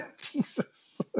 Jesus